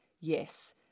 Yes